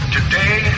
Today